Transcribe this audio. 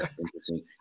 interesting